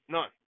None